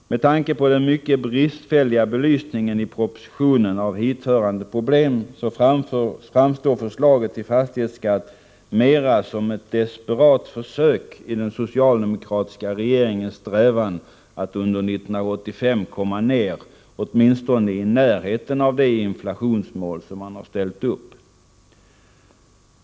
Med tanke på den mycket bristfälliga belysningen i propositionen av hithörande problem framstår förslaget till fastighetsskatt mera som ett desperat försök i den socialdemokratiska regeringens strävan att under 1985 komma ner åtminstone i närheten av det inflationsmål som man har ställt upp.